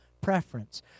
preference